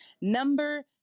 number